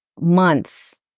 Months